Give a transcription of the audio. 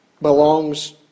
belongs